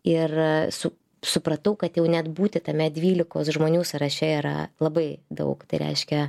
ir su supratau kad jau net būti tame dvylikos žmonių sąraše yra labai daug tai reiškia